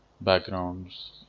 backgrounds